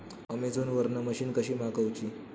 Amazon वरन machine कशी मागवची?